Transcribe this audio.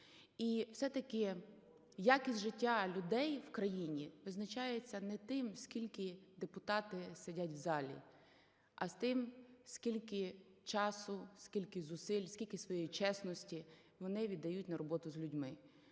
І все-таки якість життя людей в країні визначається не тим, скільки депутати сидять в залі, а тим, скільки часу, скільки зусиль, скільки своєї чесності вони віддають на роботу з людьми.